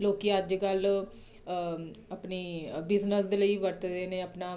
ਲੋਕ ਅੱਜ ਕੱਲ੍ਹ ਆਪਣੀ ਬਿਜ਼ਨਸ ਦੇ ਲਈ ਵਰਤਦੇ ਨੇ ਆਪਣਾ